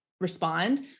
respond